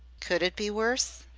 could it be worse?